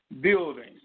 buildings